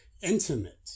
intimate